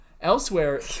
Elsewhere